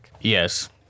Yes